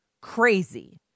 crazy